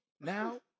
now